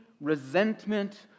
resentment